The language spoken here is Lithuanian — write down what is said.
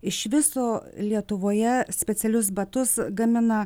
iš viso lietuvoje specialius batus gamina